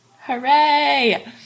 Hooray